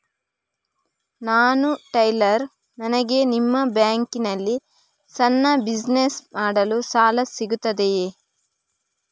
ನಾನು ಟೈಲರ್, ನನಗೆ ನಿಮ್ಮ ಬ್ಯಾಂಕ್ ನಲ್ಲಿ ಸಣ್ಣ ಬಿಸಿನೆಸ್ ಮಾಡಲು ಸಾಲ ಸಿಗುತ್ತದೆಯೇ?